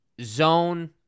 zone